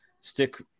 stick